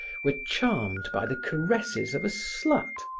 were charmed by the caresses of a slut,